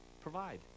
provide